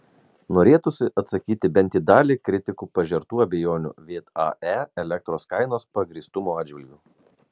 norėtųsi atsakyti bent į dalį kritikų pažertų abejonių vae elektros kainos pagrįstumo atžvilgiu